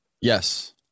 Yes